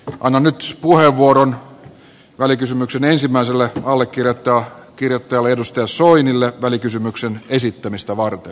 annan nyt puheenvuoron välikysymyksen ensimmäiselle allekirjoittajalle edustaja soinille välikysymyksen esittämistä varten